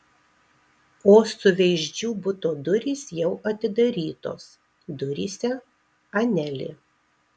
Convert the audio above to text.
o suveizdžių buto durys jau atidarytos duryse anelė